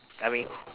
I mean who